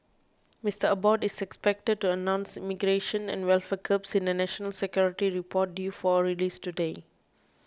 Mister Abbott is expected to announce immigration and welfare curbs in a national security report due for release today